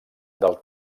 del